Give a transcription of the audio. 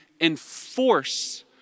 enforce